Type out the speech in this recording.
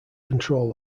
control